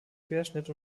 querschnitt